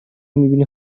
میبینی